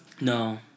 No